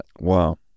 Wow